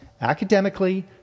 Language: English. academically